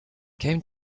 came